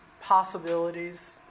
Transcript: possibilities